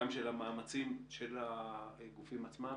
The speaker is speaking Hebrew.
גם של המאמצים של הגופים עצמם.